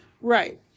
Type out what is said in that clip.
Right